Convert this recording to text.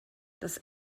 das